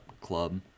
club